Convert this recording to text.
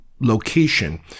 location